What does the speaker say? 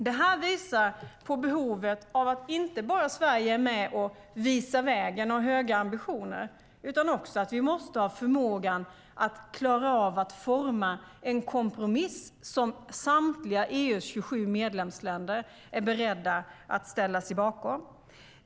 Det visar på behovet av att Sverige inte bara är med och visar vägen genom att ha höga ambitioner, utan vi måste också ha förmågan att forma en kompromiss som EU:s övriga 27 medlemsländer är beredda att ställa sig bakom.